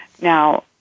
Now